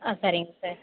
ஆ சரிங்க சார்